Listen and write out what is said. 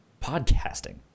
podcasting